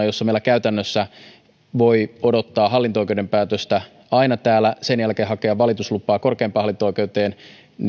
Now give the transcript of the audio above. jossa meillä käytännössä voi odottaa hallinto oikeuden päätöstä aina täällä ja sen jälkeen hakea valituslupaa korkeimpaan hallinto oikeuteen